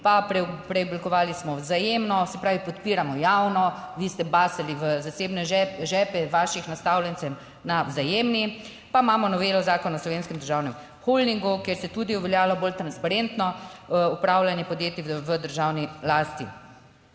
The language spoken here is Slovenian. pa preoblikovali smo Vzajemno, se pravi, podpiramo javno. Vi ste basali v zasebne žepe vaših nastavljencev na Vzajemni. Pa imamo novelo Zakona o Slovenskem državnem holdingu, kjer se je tudi uveljavlja bolj transparentno upravljanje podjetij v državni lasti.